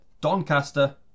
Doncaster